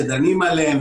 שדנים עליהן.